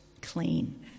clean